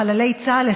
חללי צה"ל,